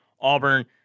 Auburn